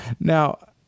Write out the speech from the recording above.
Now